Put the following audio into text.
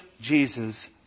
Jesus